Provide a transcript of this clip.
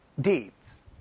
deeds